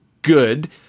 good